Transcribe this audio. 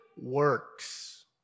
works